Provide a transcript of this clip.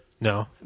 No